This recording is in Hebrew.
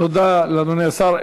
תודה לאדוני השר.